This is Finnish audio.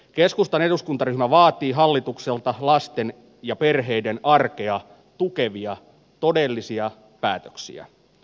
keskustan eduskuntaryhmä vaatii hallitukselta lasten ja perheiden arkea tukevia todellisia päätöksiä